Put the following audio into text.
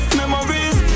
memories